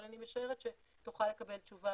אבל אני משערת שתוכל לקבל תשובה